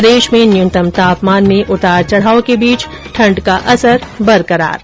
प्रदेश में न्यूनतम तापमान में उतार चढाव के बीच ठंड का असर बरकरार है